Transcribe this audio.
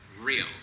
real